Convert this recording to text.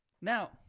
Now